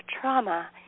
trauma